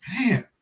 Man